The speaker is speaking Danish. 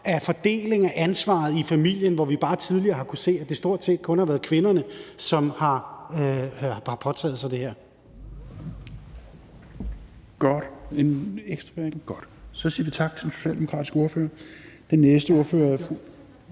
af fordeling af ansvaret i familien, hvor vi tidligere har kunnet se, at det stort set kun har været kvinderne, der har påtaget sig det her.